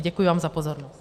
Děkuji vám za pozornost.